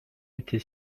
était